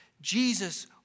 Jesus